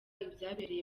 ibyabereye